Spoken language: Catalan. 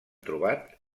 trobat